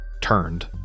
turned